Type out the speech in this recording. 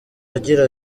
agira